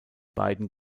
beiden